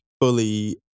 fully